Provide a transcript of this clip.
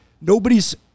nobody's